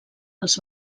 els